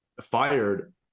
fired